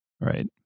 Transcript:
Right